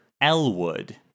Elwood